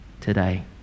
today